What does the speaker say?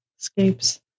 escapes